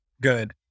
Good